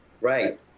Right